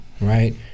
right